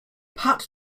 pat